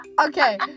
Okay